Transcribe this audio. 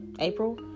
April